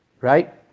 Right